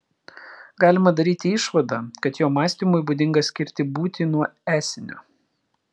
galima daryti išvadą kad jo mąstymui būdinga skirti būtį nuo esinio